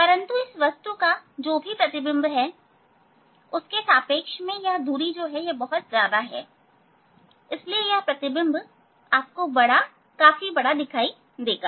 परंतु इस वस्तु का जो भी प्रतिबिंब है उसके सापेक्ष में यह दूरी बहुत ज्यादा है इसलिए यह प्रतिबिंब आपको बड़ा बहुत बड़ा दिखाई देगा